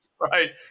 Right